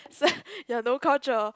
ya no culture